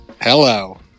Hello